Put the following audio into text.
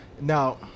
Now